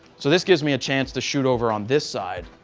so this gives me a chance to shoot over on this side.